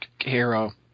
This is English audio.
hero